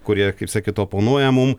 kurie kaip sakyt oponuoja mum